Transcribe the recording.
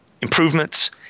improvements